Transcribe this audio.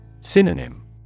Synonym